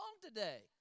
today